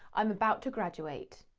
i'm about to graduate.